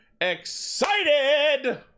excited